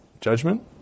judgment